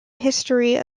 history